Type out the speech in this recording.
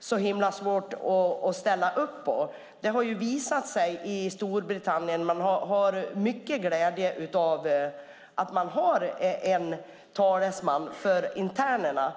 så himla svårt att ställa upp på. Det har visat sig i Storbritannien att man har mycket glädje av att ha en talesman för internerna.